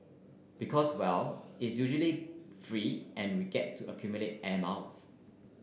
because well is usually free and we get to accumulate air miles